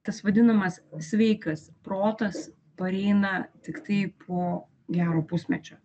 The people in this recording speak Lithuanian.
tas vadinamas sveikas protas pareina tiktai po gero pusmečio